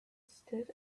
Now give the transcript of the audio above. stood